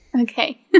Okay